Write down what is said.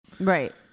Right